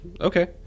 Okay